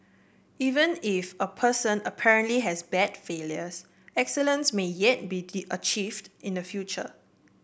even if a person apparently has bad failures excellence may yet be achieved in the future